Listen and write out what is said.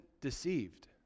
deceived